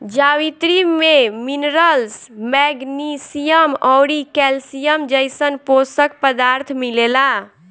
जावित्री में minerals, magnesium अउरी कैल्शियम जइसन पोषक पदार्थ मिलेला